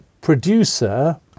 producer